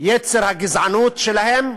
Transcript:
יצר הגזענות שלהם,